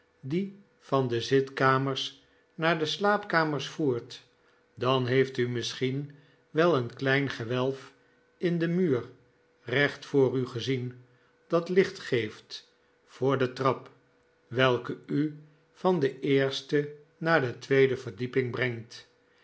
die van de zitkamers naar de slaapkamers voert dan heeft u misschien wel een klein gewelf in den muur recht voor u gezien dat licht geeft voor de trap welke u van de eerste naar de tweede verdieping brengt